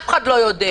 אף אחד לא יודע.